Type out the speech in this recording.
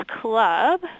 Club